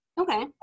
Okay